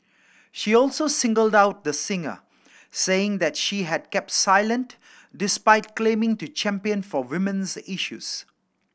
she also singled out the singer saying that she has kept silent despite claiming to champion for women's issues